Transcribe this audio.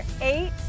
Eight